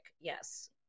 Yes